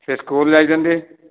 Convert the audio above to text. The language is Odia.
ସେ ସ୍କୁଲ ଯାଇଛନ୍ତି